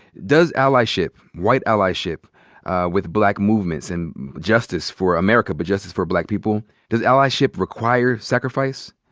does allyship, white allyship with black movements and justice for america, but justice for black people, does allyship require sacrifice?